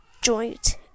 joint